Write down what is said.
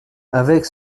avec